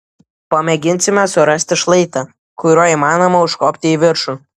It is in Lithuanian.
pamėginsime surasti šlaitą kuriuo įmanoma užkopti į viršų